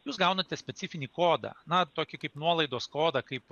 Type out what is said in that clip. jūs gaunate specifinį kodą na tokį kaip nuolaidos kodą kaip